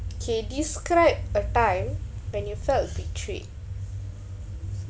kay describe a time when you felt betrayed